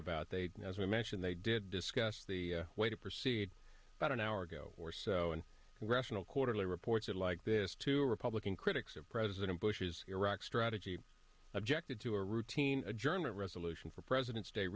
about they as we mentioned they did discuss the way to proceed about an hour ago or so and congressional quarterly reports that like this two republican critics of president bush's iraq strategy objected to a routine adjournment resolution for president's day